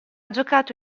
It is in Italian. giocato